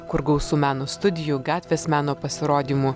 kur gausu meno studijų gatvės meno pasirodymų